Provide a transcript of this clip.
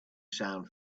sound